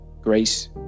grace